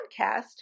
podcast